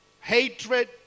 hatred